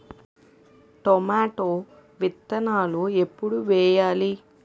Tomato విత్తనాలు ఎప్పుడు వెయ్యాలి?